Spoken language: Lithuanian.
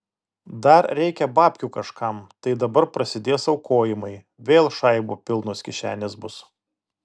dar reikia babkių kažkam tai dabar prasidės aukojimai vėl šaibų pilnos kišenės bus